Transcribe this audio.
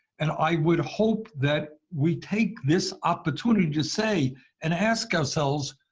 and i would hope that we take this opportunity to say and ask ourselves,